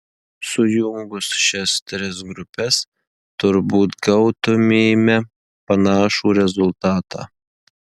sujungus šias tris grupes turbūt gautumėme panašų rezultatą